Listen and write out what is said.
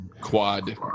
quad